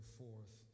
forth